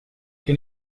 che